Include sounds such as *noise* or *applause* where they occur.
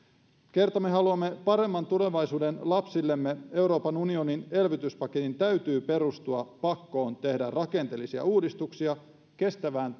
kerta me haluamme paremman tulevaisuuden lapsillemme euroopan unionin elvytyspaketin täytyy perustua pakkoon tehdä rakenteellisia uudistuksia kestävään *unintelligible*